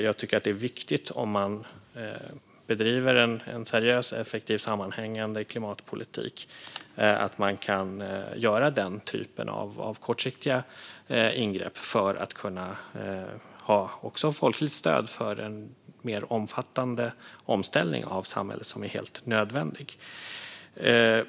Jag tycker att det är viktigt att man, om man bedriver en seriös, effektiv och sammanhängande klimatpolitik, kan göra den typen av kortsiktiga ingrepp för att också kunna få folkligt stöd för en mer omfattande omställning av samhället, som är helt nödvändig.